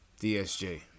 DSJ